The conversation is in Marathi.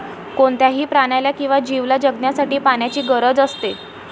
कोणत्याही प्राण्याला किंवा जीवला जगण्यासाठी पाण्याची गरज असते